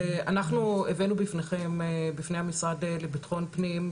אנחנו הבאנו בפני המשרד לביטחון פנים,